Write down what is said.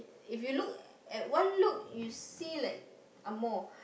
if you look at one look you see like angmoh